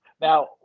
Now